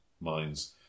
minds